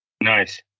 Nice